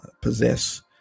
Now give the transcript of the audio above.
possess